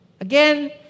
Again